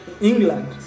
England